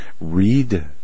Read